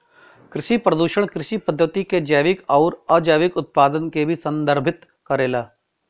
कृषि प्रदूषण कृषि पद्धति क जैविक आउर अजैविक उत्पाद के भी संदर्भित करेला